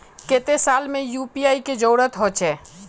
केते साल में यु.पी.आई के जरुरत होचे?